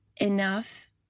enough